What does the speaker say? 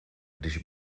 když